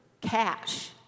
cash